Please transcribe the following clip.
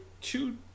two